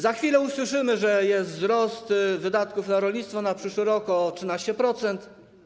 Za chwilę usłyszymy, że jest wzrost wydatków na rolnictwo na przyszły rok o 13%.